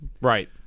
Right